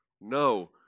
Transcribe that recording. No